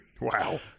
Wow